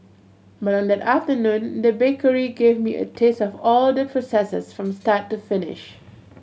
but on that afternoon the bakery gave me a taste of all the processes from start to finish